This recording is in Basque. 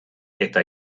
eta